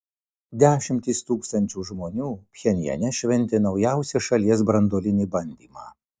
dešimtys tūkstančių žmonių pchenjane šventė naujausią šalies branduolinį bandymą